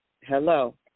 Hello